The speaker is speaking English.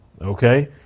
okay